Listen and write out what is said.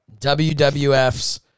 WWFs